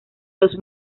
los